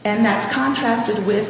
and that's contracted with